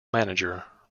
manager